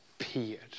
appeared